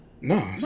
No